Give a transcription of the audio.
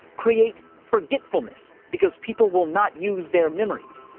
create forgetfulness, because people will not use their memories,